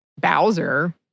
Bowser